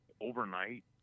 overnight